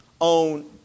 own